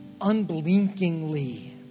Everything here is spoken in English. unblinkingly